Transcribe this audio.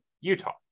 Utah